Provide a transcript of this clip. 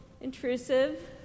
intrusive